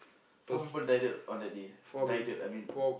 four people died on that day died I mean